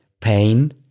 pain